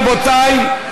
רבותי,